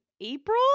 April